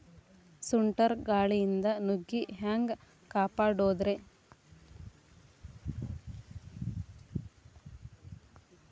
ಸುಂಟರ್ ಗಾಳಿಯಿಂದ ನುಗ್ಗಿ ಹ್ಯಾಂಗ ಕಾಪಡೊದ್ರೇ?